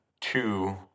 two